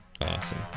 Awesome